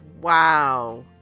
Wow